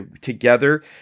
together